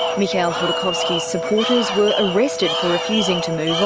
mikhail khodorkovsky's supporters were arrested for refusing to move on.